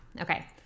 Okay